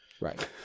right